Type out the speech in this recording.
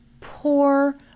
poor